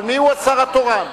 אבל מיהו השר התורן?